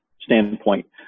standpoint